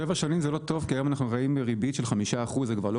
שבע שנים זה לא טוב כי היום יש ריבית של 5%. זה כבר לא